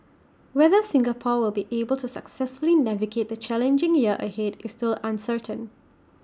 whether Singapore will be able to successfully navigate the challenging year ahead is still uncertain